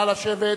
נא לשבת.